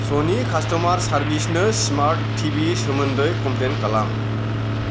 सनि कास्टमार सारभिसनो smart TV सोमोन्दै कमप्लेन खालाम